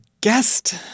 guest